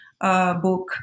book